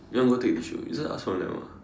you want to go take tissue you just ask from them ah